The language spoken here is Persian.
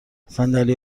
صندلی